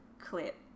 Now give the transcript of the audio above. clip